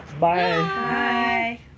Bye